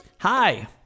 hi